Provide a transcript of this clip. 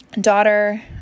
daughter